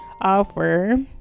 offer